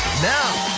now,